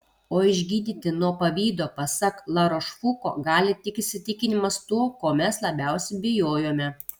o išgydyti nuo pavydo pasak larošfuko gali tik įsitikinimas tuo ko mes labiausiai bijojome